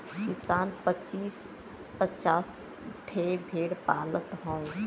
किसान पचीस पचास ठे भेड़ पालत हौ